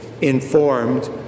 informed